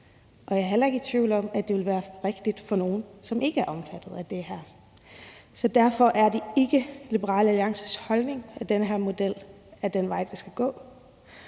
og jeg er heller ikke i tvivl om, at det vil være rigtigt for nogle, som ikke er omfattet af det her. Derfor er det ikke Liberal Alliances holdning, at den her model er den vej, vi skal gå.